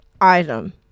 item